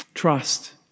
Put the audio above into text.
Trust